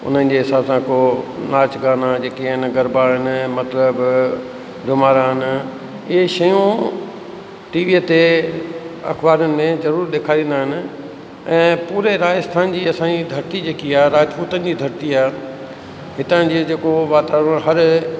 उन्हनि जे हिसाब सां को नाच गाना जेके आहिनि गरबा आहिनि मतिलबु घुमर आहिनि इहे शयूं टीवीअ ते अखबारनि में ज़रूरु ॾेखारींदा आहिनि ऐं पूरे राजस्थान जी असांजी धरती जेकी आहे राजपूतनि जी धरती आहे हितां जो जेको वातावरण हर